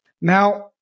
Now